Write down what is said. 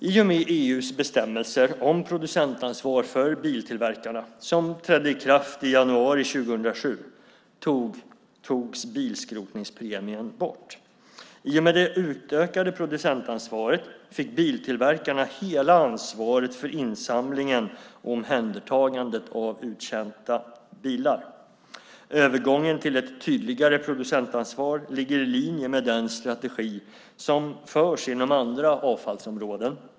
I och med EU:s bestämmelser om producentansvar för biltillverkarna, som trädde i kraft i januari 2007, togs bilskrotningspremien bort. I och med det utökade producentansvaret fick biltillverkarna hela ansvaret för insamlingen och omhändertagandet av uttjänta bilar. Övergången till ett tydligare producentansvar ligger i linje med den strategi som förs inom andra avfallsområden.